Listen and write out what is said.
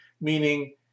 meaning